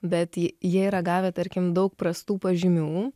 bet jie yra gavę tarkim daug prastų pažymių